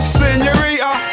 senorita